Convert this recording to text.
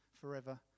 forever